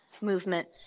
movement